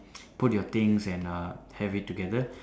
put your things and uh have it together